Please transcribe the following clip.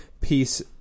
piece